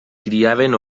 criaven